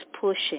pushing